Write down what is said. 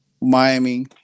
Miami